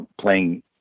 playing